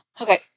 Okay